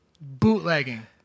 bootlegging